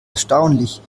erstaunlich